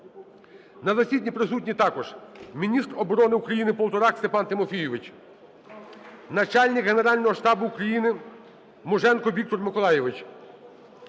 на засіданні присутній також міністр оборони України Полторак Степан Тимофійович; начальник Генерального штабу України Муженко Віктор Миколайович;